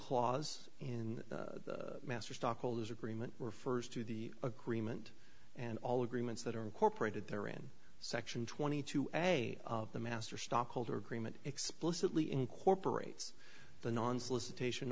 clause in the master stockholders agreement refers to the agreement and all agreements that are incorporated there in section twenty two as a the master stockholder agreement explicitly incorporates the non solicitation